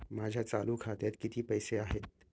माझ्या चालू खात्यात किती पैसे आहेत?